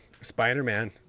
spider-man